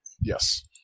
Yes